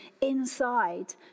inside